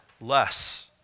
less